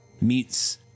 meets